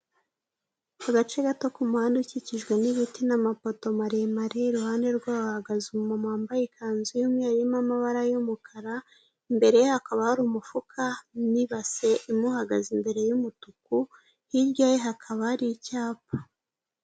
Agace gato k'umuhanda ukikijwe n'ibiti n'amapoto maremare, iruhande rwaho hahagaze umumama wambaye ikanzu y'umweru irimo amabara y'umukara, imbere ye hakaba hari umufuka n'ibase imuhagaze imbere y'umutuku, hirya ye hakaba hari icyapa.